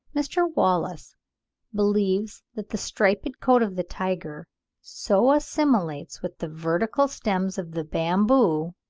mr. wallace believes that the striped coat of the tiger so assimilates with the vertical stems of the bamboo,